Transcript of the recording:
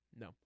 No